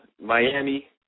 Miami